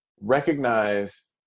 recognize